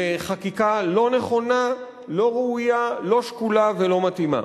לחקיקה לא נכונה, לא ראויה, לא שקולה ולא מתאימה.